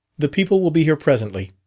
the people will be here presently,